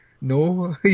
No